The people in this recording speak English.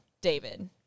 David